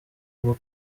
bwo